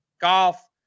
Golf